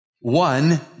One